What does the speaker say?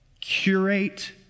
Curate